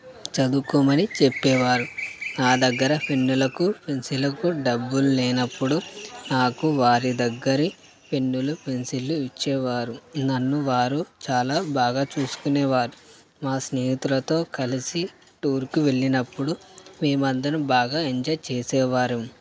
చదువుకోమని చెప్పేవారు నా దగ్గర పెన్నులకు పెన్సిల్లకు డబ్బులు లేనప్పుడు నాకు వారి దగ్గరి పెన్నులు పెన్సిల్లు ఇచ్చేవారు నన్ను వారు చాలా బాగా చూసుకునేవారు మా స్నేహితులతో కలిసి టూర్కు వెళ్ళినప్పుడు మేమందరం బాగా ఎంజాయ్ చేసేవారం